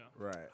Right